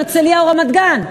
הרצלייה או רמת-גן,